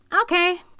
okay